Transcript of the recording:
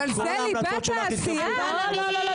החוק --- אבל זה ליבת העשייה של --- לא,